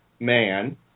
man